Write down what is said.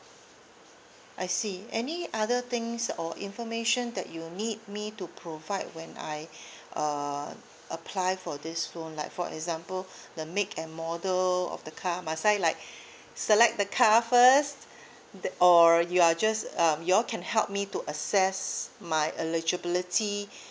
I see any other things or information that you need me to provide when I uh apply for this loan like for example the make and model of the car must I like select the car first the or you are just um you all can help me to assess my eligibility